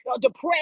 depressed